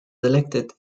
elected